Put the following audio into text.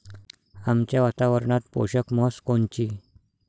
आमच्या वातावरनात पोषक म्हस कोनची?